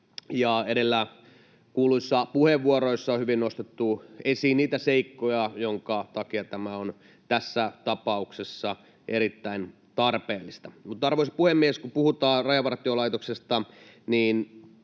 edellä kuulluissa puheenvuoroissa on hyvin nostettu esiin niitä seikkoja, joiden takia tämä on tässä tapauksessa erittäin tarpeellista. Arvoisa puhemies! Kun puhutaan Rajavartiolaitoksesta,